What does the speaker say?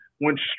went